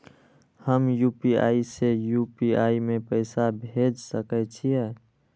हम यू.पी.आई से यू.पी.आई में पैसा भेज सके छिये?